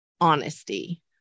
honesty